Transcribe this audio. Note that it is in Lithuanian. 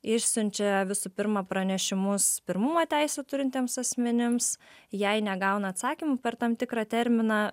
išsiunčia visų pirma pranešimus pirmumo teisę turintiems asmenims jei negauna atsakymų per tam tikrą terminą